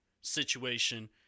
situation